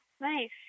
Nice